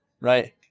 Right